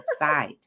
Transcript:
outside